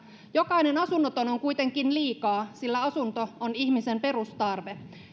jokainen asunnoton on kuitenkin liikaa sillä asunto on ihmisen perustarve